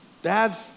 Dad's